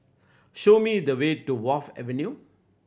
show me the way to Wharf Avenue